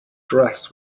dress